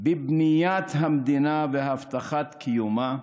מבניית המדינה והבטחת קיומה,